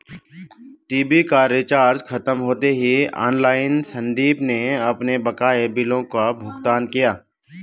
TV का recharge खत्म होते ही ऑनलाइन संदीप ने अपने बकाया बिलों का भुगतान किया